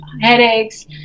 headaches